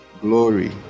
glory